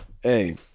Hey